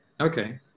Okay